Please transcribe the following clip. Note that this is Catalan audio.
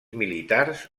militars